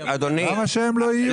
למה שהם לא יהיו?